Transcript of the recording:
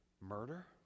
murder